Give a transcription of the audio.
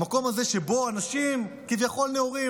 המקום הזה שבו אנשים כביכול נאורים,